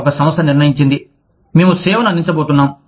ఒక సంస్థ నిర్ణయించింది మేము సేవను అందించబోతున్నాం